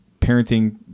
parenting